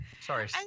Sorry